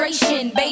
Baby